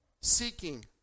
seeking